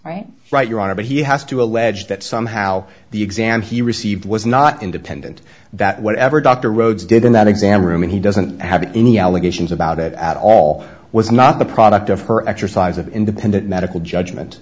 right right your honor but he has to allege that somehow the exam he received was not independent that whatever doctor rhodes did in that exam room and he doesn't have any allegations about it at all was not the product her exercise of independent medical judgment